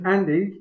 Andy